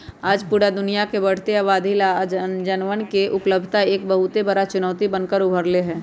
आज पूरा दुनिया के बढ़ते आबादी ला अनजवन के उपलब्धता एक बहुत बड़ा चुनौती बन कर उभर ले है